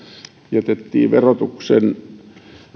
jätettiin verotuksen